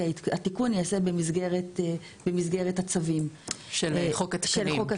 כי התיקון ייעשה במסגרת הצווים של חוק התקנים,